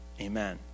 Amen